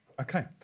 Okay